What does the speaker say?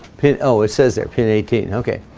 pin oh it says that pin eighteen, okay